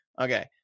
okay